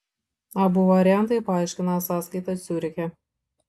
abu variantai paaiškina sąskaitą ciuriche